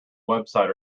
website